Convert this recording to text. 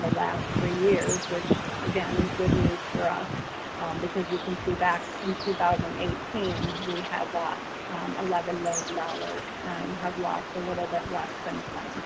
the last three years, which again is good news for us because you can see back in two thousand and eighteen, we had lost eleven million dollars and have lost a little bit less since then,